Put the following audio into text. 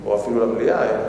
או אפילו למליאה.